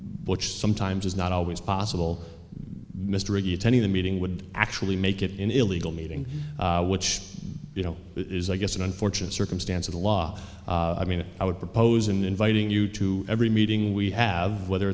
which sometimes is not always possible mystery attending the meeting would actually make it in illegal meeting which you know is i guess an unfortunate circumstance of the law i mean i would propose in inviting you to every meeting we have whether